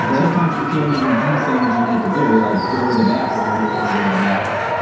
sometimes you can't even do things you need to do, like go to the bathroom when you want to go to the bathroom.